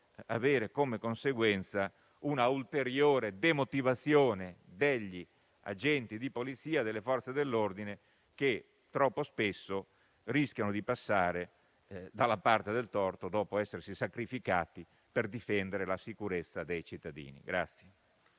avere come conseguenza una ulteriore demotivazione degli agenti di polizia e delle Forze dell'ordine, che troppo spesso rischiano di passare dalla parte del torto dopo essersi sacrificati per difendere la sicurezza dei cittadini.